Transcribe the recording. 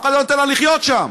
אף אחד לא היה נותן לה לחיות שם.